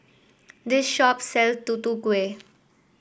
this shop sell Tutu Kueh